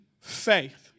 faith